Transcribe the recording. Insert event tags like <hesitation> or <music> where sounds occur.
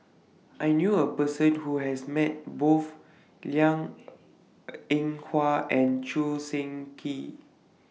I knew A Person Who has Met Both Liang <hesitation> Eng Hwa and Choo Seng Quee